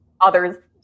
Others